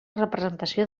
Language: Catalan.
representació